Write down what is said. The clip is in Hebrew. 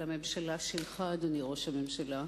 על הממשלה שלך, אדוני ראש הממשלה,